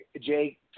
Jay